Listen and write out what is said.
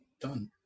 done